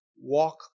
walk